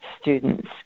students